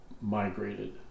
migrated